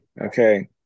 Okay